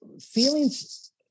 feelings